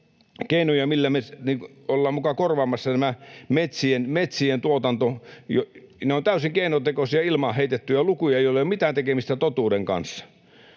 keinoja, millä me ollaan muka korvaamassa metsien tuotanto, niin ne ovat täysin keinotekoisia, ilmaan heitettyjä lukuja, joilla ei ole mitään tekemistä totuuden kanssa.